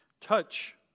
touch